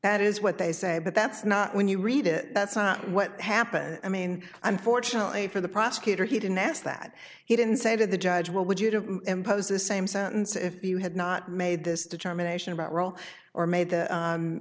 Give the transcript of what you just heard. that is what they say but that's not when you read it that's not what happened i mean i'm fortunately for the prosecutor he didn't ask that he didn't say to the judge well would you to impose the same sentence if you had not made this determination about roll or made t